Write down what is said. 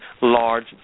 large